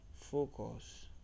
focus